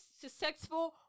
Successful